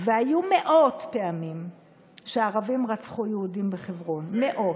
והיו מאות פעמים שערבים רצחו יהודים בחברון, מאות,